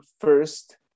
first